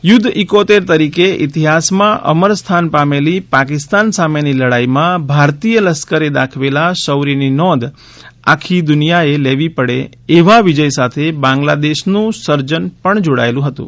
યુદ્ધ એકોતેર તરીકે ઇતિહાસ માં અમર સ્થાન પામેલી પાકિસ્તાન સામેની લડાઈ માં ભારતીય લશ્કરે દાખવેલા શૌર્યની નોંધ આખી દુનિયા એ લેવી પડી એવા વિજય સાથે બાંગલાદેશ નું સર્જન પણ જોડાયેલુ હતું